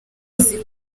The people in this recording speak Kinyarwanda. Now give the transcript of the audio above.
izi